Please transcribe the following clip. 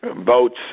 votes